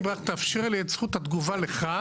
אם רק תאפשר לי את זכות התגובה לך.